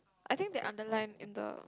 I think they underline in the